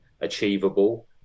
achievable